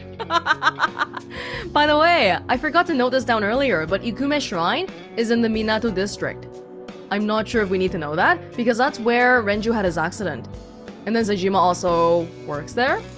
ah by the way, i forgot to note this down earlier, but ikume shrine is in the minato district i'm not sure if we need to know that, because that's where renju had his accident and then sejima also works there?